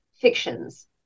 fictions